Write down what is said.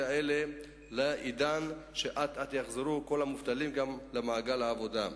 הקרובות לעידן שבו כל המובטלים יחזרו למעגל העבודה.